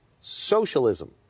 socialism